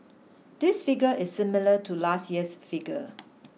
this figure is similar to last year's figure